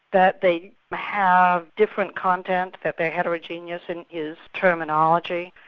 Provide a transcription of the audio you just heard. that they have different contents, that they're heterogeneous, in his terminology,